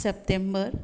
September